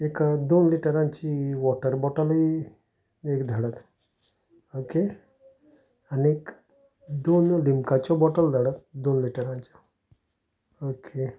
एक दोन लिटरांची वॉटर बॉटलय एक धाडात ओके आनीक दोन लिमकाच्यो बॉटल धाडात दोन लिटराच्यो ओके